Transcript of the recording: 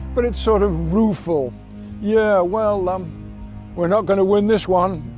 but it's sort of rueful yeah, well, um we're not going to win this one,